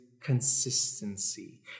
consistency